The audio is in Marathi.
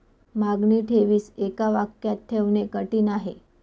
मागणी ठेवीस एका वाक्यात ठेवणे कठीण आहे